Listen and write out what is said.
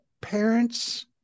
parents